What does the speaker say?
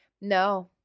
No